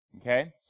Okay